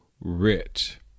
Rich